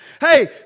Hey